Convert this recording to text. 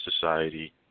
Society